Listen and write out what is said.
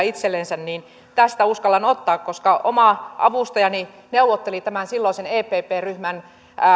itsellensä niin tästä uskallan ottaa koska oma avustajani neuvotteli silloisen epp ryhmän